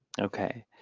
okay